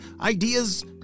ideas